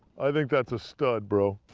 i think that's a stud, bro.